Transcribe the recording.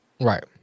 right